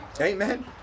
Amen